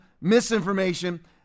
misinformation